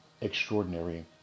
extraordinary